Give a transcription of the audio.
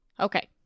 Okay